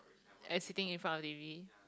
and sitting in front of T_V